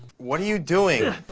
what are you doing?